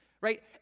right